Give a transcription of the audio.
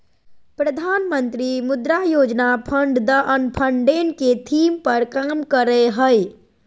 प्रधानमंत्री मुद्रा योजना फंड द अनफंडेड के थीम पर काम करय हइ